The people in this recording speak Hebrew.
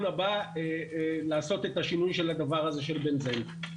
הבא לעשות את השינוי של הדבר הזה של בנזן.